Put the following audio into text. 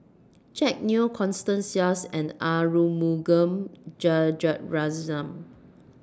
Jack Neo Constance Sheares and Arumugam Vijiaratnam